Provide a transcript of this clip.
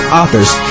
authors